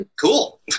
cool